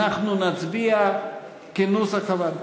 אנחנו נצביע כנוסח הוועדה.